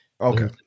Okay